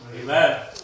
Amen